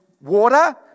water